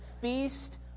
feast